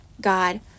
God